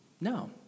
No